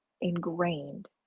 ingrained